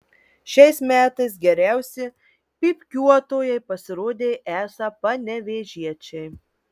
šiais metais geriausi pypkiuotojai pasirodė esą panevėžiečiai